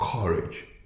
courage